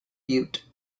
butte